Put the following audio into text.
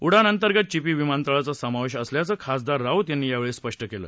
उडान अंतर्गत चिपी विमानतळाचा समावेश असल्याचं खासदार राऊत यांनी यावेळी स्पष्ट केलं